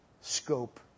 scope